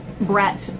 Brett